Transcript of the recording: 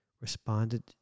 responded